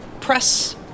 press